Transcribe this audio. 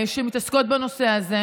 שמתעסקות בנושא הזה,